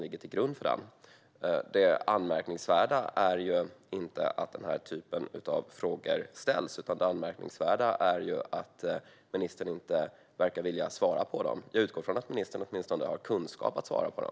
Det anmärkningsvärda är inte att den typen av frågor ställs. Det anmärkningsvärda är att ministern inte verkar vilja svara på dem. Jag utgår från att ministern åtminstone har kunskap att svara på dem.